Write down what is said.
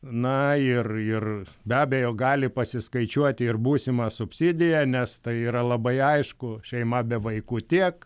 na ir ir be abejo gali pasiskaičiuoti ir būsimą subsidiją nes tai yra labai aišku šeima be vaikų tiek